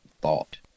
thought